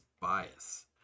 bias